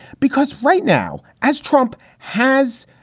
because right now, as trump has,